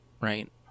right